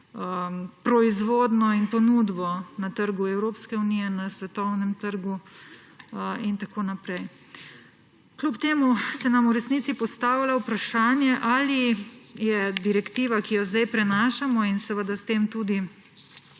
proizvodnjo in ponudbo na trgu EU, na svetovnem trgu in tako naprej. Kljub temu se nam v resnici postavlja vprašanje, ali je direktiva, ki jo sedaj prenašamo, s tem pa tudi